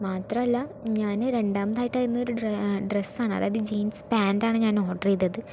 മാത്രമല്ല ഞാന് രണ്ടാമതായിട്ടാണ് ഒരു ഡ്രെസാണ് അതായത് ജീൻസ് പാൻറ്റാണ് ഞാൻ ഓർഡർ ചെയ്തത്